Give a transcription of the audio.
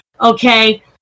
okay